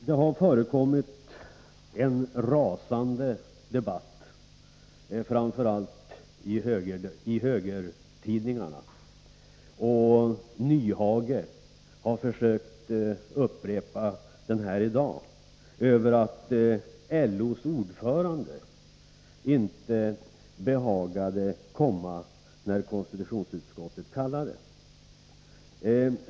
Det har förts, framför allt i högertidningarna, en rasande debatt, som Hans Nyhage försökte fortsätta här i dag genom att ta upp detta att LO:s ordförande inte behagade komma när konstitutionsutskottet kallade.